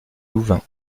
louvain